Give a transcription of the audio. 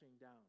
down